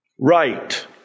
Right